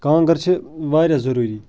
کانٛگٔر چھِ وارِیاہ ضوٚروٗری